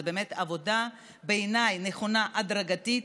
זו באמת עבודה שבעיניי נכונה הדרגתית.